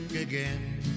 again